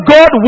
God